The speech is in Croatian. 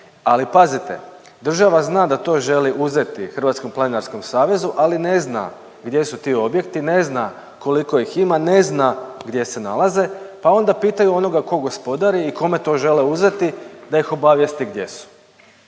Ali pazite, država zna da to želi uzeti HPS-u ali ne zna gdje su ti objekti, ne zna koliko ih ima, ne zna gdje se nalaze pa onda pitaju onoga tko gospodari i kome to žele uzeti da ih obavijesti gdje su.